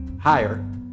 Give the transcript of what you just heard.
higher